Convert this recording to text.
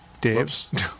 Dave's